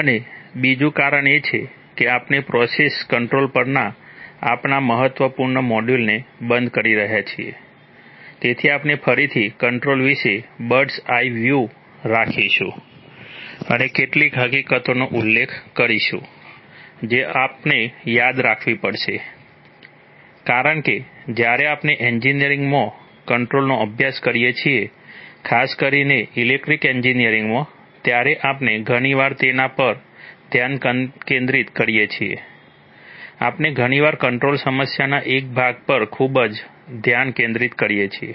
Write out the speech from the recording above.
અને બીજું કારણ એ છે કે આપણે પ્રોસેસ કંટ્રોલ પરના આપણા મહત્વપૂર્ણ મોડ્યુલને બંધ કરી રહ્યા છીએ તેથી આપણે ફરીથી કંટ્રોલ વિશે બર્ડસ આઈ વ્યૂ રાખીશું અને કેટલીક હકીકતોનો ઉલ્લેખ કરીશું જે આપણે યાદ રાખવી પડશે કારણ કે જ્યારે આપણે એન્જિનિયરિંગમાં કંટ્રોલનો અભ્યાસ કરીએ છીએ ખાસ કરીને ઇલેક્ટ્રિકલ એન્જિનિયરિંગમાં ત્યારે આપણે ઘણીવાર તેના પર ધ્યાન કેન્દ્રિત કરીએ છીએ આપણે ઘણીવાર કંટ્રોલ સમસ્યાના એક ભાગ પર ખૂબ ધ્યાન કેન્દ્રિત કરીએ છીએ